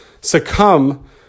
succumb